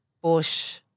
bush